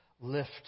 lift